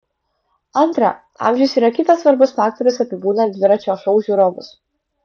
antra amžius yra kitas svarbus faktorius apibūdinant dviračio šou žiūrovus